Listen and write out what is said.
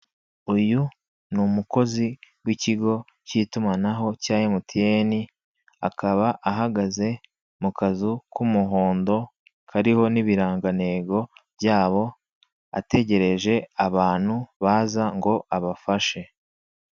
Uyu ni umukozi w'ikigo k'itumanaho cya emutiyeni akaba ahagaze mu kazu k'umuhondo kariho n'ibirangantego byabo ategereje abantu baza ngo abafashe.